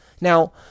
Now